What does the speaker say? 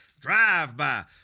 Drive-by